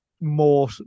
more